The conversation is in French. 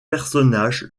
personnages